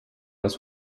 das